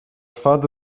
fada